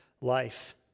life